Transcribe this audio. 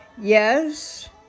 Yes